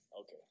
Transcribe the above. Okay